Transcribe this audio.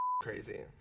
crazy